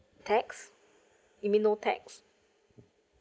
tax you mean no tax